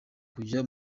kujya